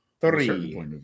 Three